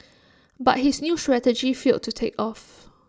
but his new strategy failed to take off